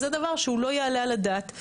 וזה דבר שהוא לא יעלה על הדעת.